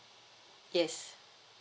yes